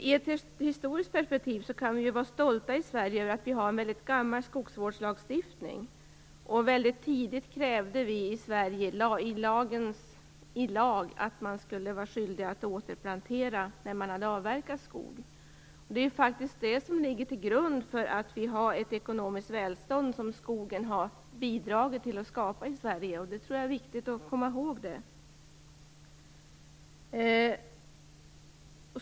I ett historiskt perspektiv kan vi i Sverige vara stolta över att vi har en gammal skogsvårdslagstiftning. Tidigt krävde vi i lag att man skulle vara skyldig att återplantera när man hade avverkat skog. Det är det som ligger till grund för vårt ekonomiska välstånd. Skogen har bidragit till att skapa det ekonomiska välståndet i Sverige. Det är viktigt att komma ihåg.